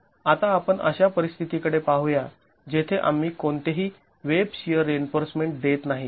आता आपण अशा परिस्थिती कडे पाहूया जेथे आम्ही कोणतेही वेब शिअर रिइन्फोर्समेंट देत नाही